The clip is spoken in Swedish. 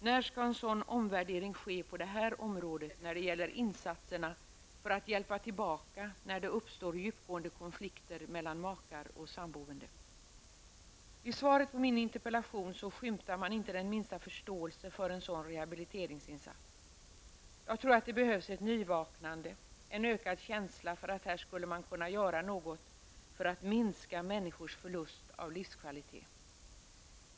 När skall en sådan omvärdering ske på detta område när det gäller insatser för att hjälpa människor tillbaka när det uppstår djupgående konflikter mellan makar och samboende? I svaret på min interpellation skymtar man inte den minsta förståelse för en sådan rehabiliteringsinsats. Jag tror att det behövs ett nyvaknande, en ökad känsla för att man här skulle kunna göra något för att minska människors förlust av livskvalitet.